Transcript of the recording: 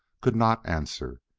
could not answer.